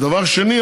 דבר שני,